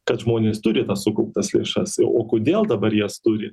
kad žmonės turi tas sukauptas lėšas o kodėl dabar jas turi